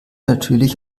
natürlich